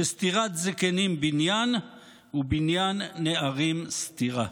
שסתירת זקנים בניין ובניין נערים סתירה",